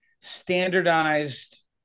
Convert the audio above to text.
standardized